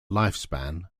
lifespan